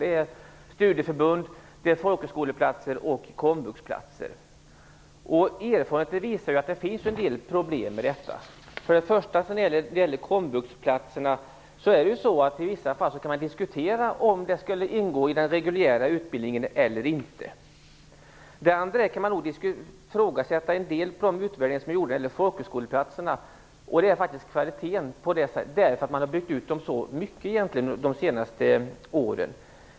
Det är studieförbund, folkhögskoleplatser och komvuxplatser. Erfarenheten visar att det finns en del problem med detta. Först och främst kan man när det gäller komvuxplatserna i vissa fall diskutera om de skall ingå i den reguljära utbildningen eller inte. Därtill kan man ifrågasätta delar av de utvärderingar som gjorts när det gäller folkhögskoleplatserna. Det gäller faktiskt kvaliteten, för man har byggt ut dem så mycket de senaste åren.